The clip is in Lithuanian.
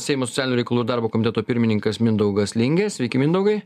seimo socialinių reikalų ir darbo komiteto pirmininkas mindaugas lingė sveiki mindaugai